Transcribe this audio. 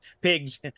pigs